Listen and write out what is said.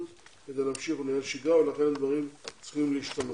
כדי להמשיך ולנהל שגרה ולכן הדברים צריכים להשתנות.